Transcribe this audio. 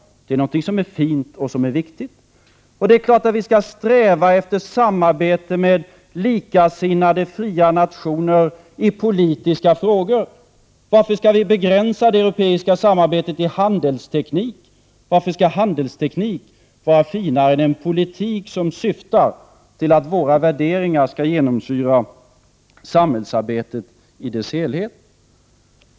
Det är något som är fint och viktigt. Det är klart att vi skall sträva efter samarbete med likasinnade fria nationer i politiska frågor. Varför skall vi begränsa det europeiska samarbetet till handelsteknik? Varför skall handelsteknik vara finare än en politik som syftar till att våra värderingar skall genomsyra samhällsarbetet i dess helhet?